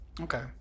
Okay